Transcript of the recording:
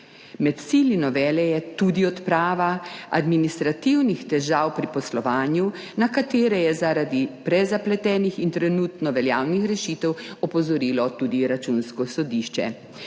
Med cilji novele je tudi odprava administrativnih težav pri poslovanju, na katere je zaradi prezapletenih in trenutno veljavnih rešitev opozorilo tudi Računsko sodišče.